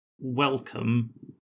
welcome